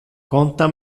conta